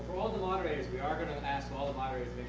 all the moderators, we are going to ask all the moderators